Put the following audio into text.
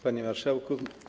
Panie Marszałku!